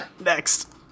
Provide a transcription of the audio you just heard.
Next